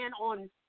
on